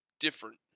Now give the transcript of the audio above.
different